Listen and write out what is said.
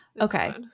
okay